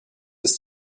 ist